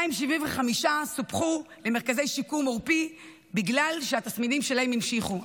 275 סופחו למרכזי שיקום עורפי בגלל שהתסמינים שלהם המשיכו,